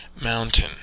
mountain